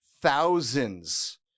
thousands